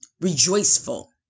rejoiceful